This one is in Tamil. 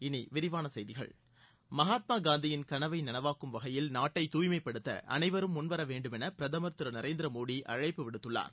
இனி விரிவான செய்திகள் மகாத்மா காந்தியின் கனவை நனவாக்கும் வகையில் நாட்டை தூய்மைப்படுத்த அனைவரும் முன்வர வேண்டும் பிரதமர் என திரு நரேந்திர மோடி அழைப்பு விடுத்துள்ளார்